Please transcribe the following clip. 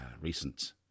recent